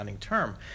term